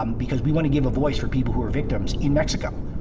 um because we want to give a voice for people who are victims in mexico,